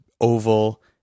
oval